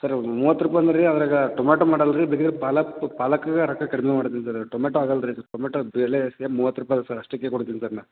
sir ಇವಾಗ ಮೂವತ್ತು ರೂಪಾಯಿ ಅಂದರೆ ಅದ್ರಾಗೆ ಟೊಮೆಟೊ ಮಾಡಲ್ಲ ರೀ ಬೇಕಿದ್ರೆ ಪಾಲಕ್ ಪಾಲಕ್ಕಾಗೆ ರೊಕ್ಕ ಕಡ್ಮೆ ಮಾಡ್ತೀನಿ ಸರ್ ಟೊಮೆಟೊ ಆಗೋಲ್ಲ ರೀ ಸರ್ ಟೊಮೆಟೊ ಬೆಲೆ ಮೂವತ್ತು ರೂಪಾಯಿ ಇದೆ ಸರ್ ಅಷ್ಟಕ್ಕೆ ಕೊಡ್ತೀವಿ ಸರ್ ನಾವು